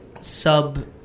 sub